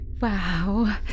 Wow